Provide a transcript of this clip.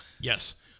Yes